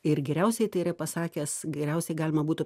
ir geriausiai tai yra pasakęs geriausiai galima būtų